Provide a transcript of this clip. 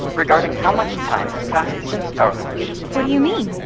regarding how much time has passed since our launch what do you mean?